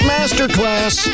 Masterclass